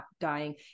dying